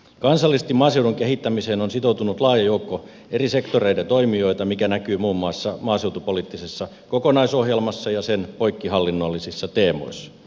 kansallisesti maaseudun kehittämiseen on sitoutunut laaja joukko eri sektoreiden toimijoita mikä näkyy muun muassa maaseutupoliittisessa kokonaisohjelmassa ja sen poikkihallinnollisissa teemoissa